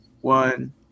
one